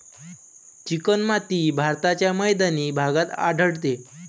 चिकणमाती भारताच्या मैदानी भागात आढळते